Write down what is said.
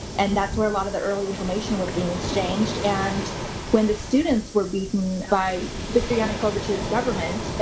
and that's where a lot of the early information was being exchanged. and when the students were beaten by viktor yanukovich's government,